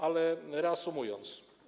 Ale reasumując.